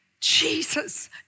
Jesus